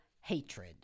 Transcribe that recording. hatred